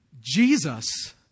Jesus